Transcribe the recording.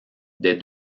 des